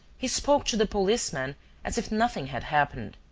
he spoke to the policeman as if nothing had happened.